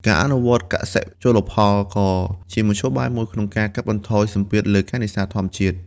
ការអនុវត្តន៍កសិ-ជលផលក៏ជាមធ្យោបាយមួយក្នុងការកាត់បន្ថយសម្ពាធលើការនេសាទធម្មជាតិ។